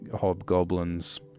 hobgoblins